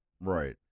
Right